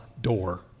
door